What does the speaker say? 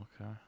Okay